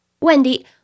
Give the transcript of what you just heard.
Wendy